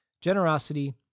generosity